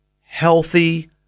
healthy